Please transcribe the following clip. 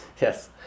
Yes